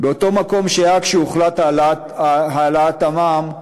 באותו מקום שהיה כשהוחלט על העלאת המע"מ,